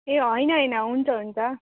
ए होइन होइन हुन्छ हुन्छ